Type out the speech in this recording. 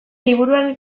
liburuaren